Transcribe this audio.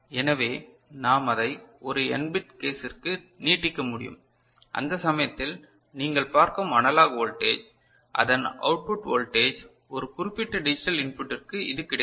எனவே நாம் அதை ஒரு n பிட் கேஸ் இருக்கு நீட்டிக்க முடியும் அந்த சமயத்தில் நீங்கள் பார்க்கும் அனலாக் வோல்டேஜ் அதன் அவுட்புட் வோல்டேஜ் ஒரு குறிப்பிட்ட டிஜிட்டல் இன்புட்டிற்கு இது கிடைக்கும்